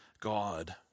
God